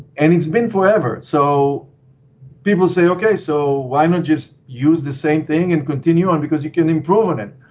and it's been forever. so people say, ok so why not just use the same thing and continue on because you can improve on it?